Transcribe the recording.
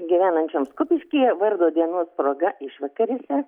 gyvenančioms kupiškyje vardo dienos proga išvakarėse